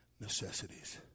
necessities